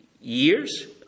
years